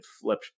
flip